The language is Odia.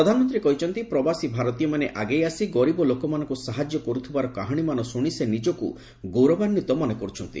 ପ୍ରଧାନମନ୍ତ୍ରୀ କହିଛନ୍ତି ପ୍ରବାସୀ ଭାରତୀୟମାନେ ଆଗେଇ ଆସି ଗରିବ ଲୋକମାନଙ୍କୁ ସାହାଯ୍ୟ କରୁଥିବାର କାହାଣୀମାନ ଶୁଣି ସେ ନିଜକୁ ଗୌରବାନ୍ୱିତ ମନେ କର୍ଚ୍ଚନ୍ତି